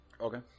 Okay